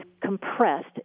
compressed